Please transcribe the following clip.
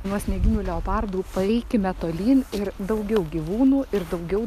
nuo snieginių leopardų paeikime tolyn ir daugiau gyvūnų ir daugiau